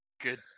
Good